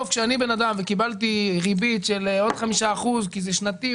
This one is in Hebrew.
אם אני אדם שקיבל ריבית של עוד 5% כי זה שנתי,